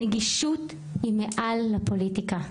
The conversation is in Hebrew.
נגישות היא מעל לפוליטיקה.